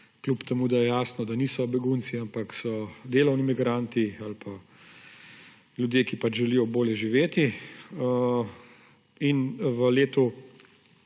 kljub temu da je jasno, da niso begunci, ampak so delovni migranti ali pa ljudje, ki pač želijo bolje živeti. V letu